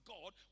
God